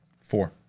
Four